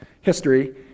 history